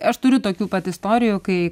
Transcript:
aš turiu tokių pat istorijų kai